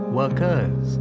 workers